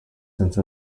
since